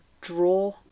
draw